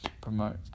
promote